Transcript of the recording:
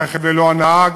הרכב ללא נהג,